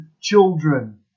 children